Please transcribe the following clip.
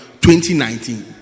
2019